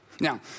Now